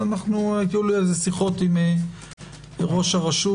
היו לי על זה שיחות עם ראש הרשות.